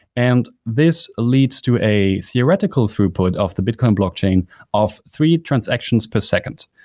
and this leads to a theoretical throughput of the bitcoin blockchain of three transactions per second,